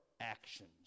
actions